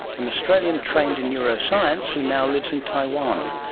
an australian trained in neuroscience who now lives in taiwan,